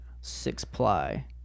six-ply